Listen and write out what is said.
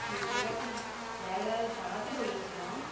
যেই জায়গাটি জায়গায় দাঁড়াতে বলেছিলাম